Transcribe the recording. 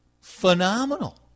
phenomenal